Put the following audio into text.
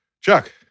Chuck